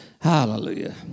Hallelujah